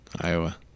Iowa